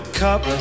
cup